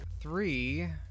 Three